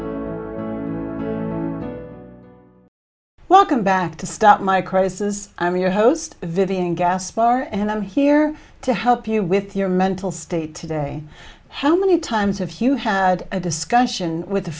welcome back to stop my crisis i'm your host vivian jaspar and i'm here to help you with your mental state today how many times have hugh had a discussion with a